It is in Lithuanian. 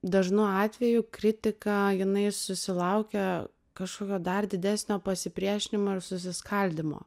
dažnu atveju kritika jinai susilaukia kažkokio dar didesnio pasipriešinimo ir susiskaldymo